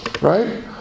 right